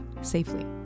safely